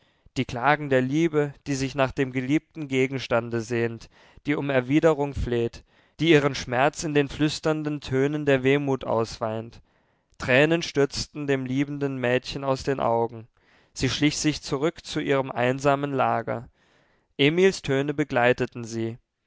die klagen der liebe die sich nach dem geliebten gegenstande sehnt die um erwiderung fleht die ihren schmerz in den flüsternden tönen der wehmut ausweint tränen stürzten dem liebenden mädchen aus den augen sie schlich sich zurück zu ihrem einsamen lager emils töne begleiteten sie